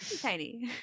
tiny